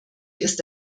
ist